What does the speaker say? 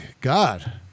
God